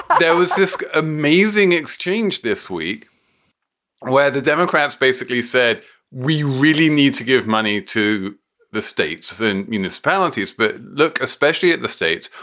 there was this amazing exchange this week where the democrats basically said we really need to give money to the states and municipalities. but look, especially at the states,